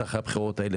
בטח אחרי הבחירות האלה,